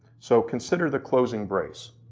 so consider the closing brace.